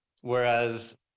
whereas